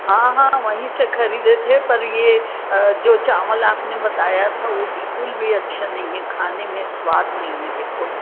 हाँ हाँ वहीं से खरीदे थे पर ये जो चावल आपने बताया था वो बिल्कुल भी अच्छा नहीं है खाने में स्वाद नहीं है बिल्कुल